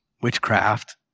witchcraft